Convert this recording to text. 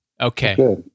okay